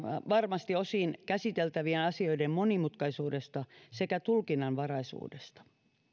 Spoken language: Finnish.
varmasti osin käsiteltävien asioiden monimutkaisuudesta sekä tulkinnanvaraisuudesta